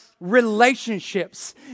relationships